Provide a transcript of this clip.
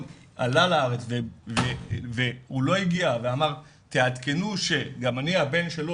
עלה לארץ והוא לא הגיע ואמר 'תעדכנו שגם אני הבן שלו',